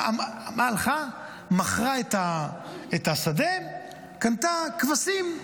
היא הלכה, מכרה את השדה, קנתה כבשים.